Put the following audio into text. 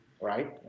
right